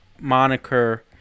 moniker